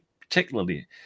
particularly